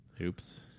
Oops